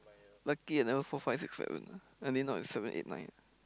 lucky I never four five six seven I mean not seven eight nine